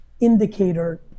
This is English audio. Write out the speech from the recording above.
indicator